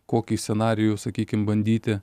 kokį scenarijų sakykim bandyti